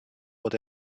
what